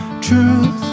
truth